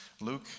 Luke